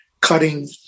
cutting